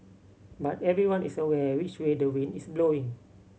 but everyone is aware which way the wind is blowing